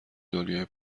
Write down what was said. دنیای